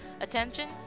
attention